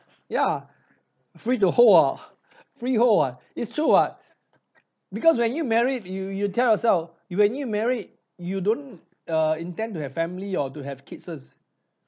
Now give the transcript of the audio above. ya free to hold oh freehold ah it's true [what] because when you married you you tell yourself when you married you don't err intend to have family or to have kids first